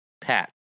Pat